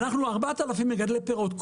אנחנו 4,000 מגדלי פירות,